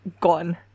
gone